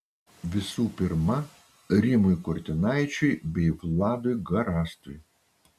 visų pirma rimui kurtinaičiui bei vladui garastui